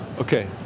okay